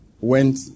went